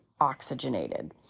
oxygenated